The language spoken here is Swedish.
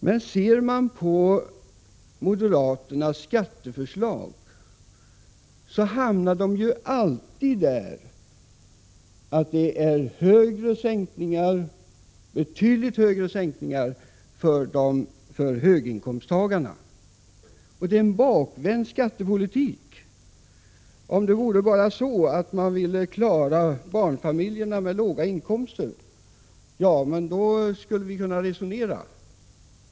Men moderaterna hamnar alltid med sina skatteförslag i den situationen att det blir betydligt större sänkningar för höginkomsttagarna. Det är en bakvänd skattepolitik. Om de bara ville klara barnfamiljerna med låga inkomster skulle vi kunna resonera.